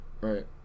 Right